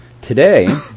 today